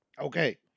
Okay